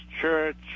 Church